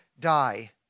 die